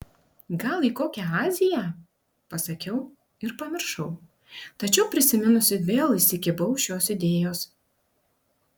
gal į kokią aziją pasakiau ir pamiršau tačiau prisiminusi vėl įsikibau šios idėjos